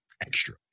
extra